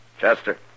Chester